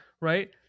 right